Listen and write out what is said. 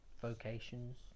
vocations